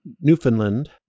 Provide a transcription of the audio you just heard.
Newfoundland